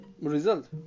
result